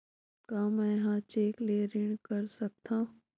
का मैं ह चेक ले ऋण कर सकथव?